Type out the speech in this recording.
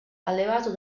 allevato